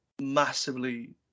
massively